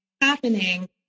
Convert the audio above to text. happening